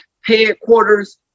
headquarters